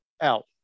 out